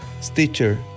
Stitcher